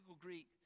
Greek